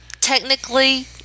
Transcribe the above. technically